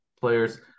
players